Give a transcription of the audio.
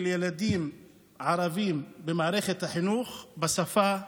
ילדים ערבים במערכת החינוך בשפה העברית.